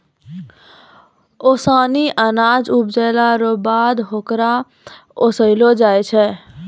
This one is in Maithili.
ओसानी अनाज उपजैला रो बाद होकरा ओसैलो जाय छै